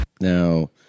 Now